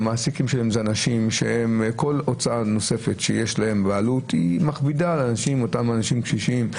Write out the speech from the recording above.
הם אנשים שכל הוצאה נוספת שיש להם בעלות מכבידה על אותם אנשים קשישים.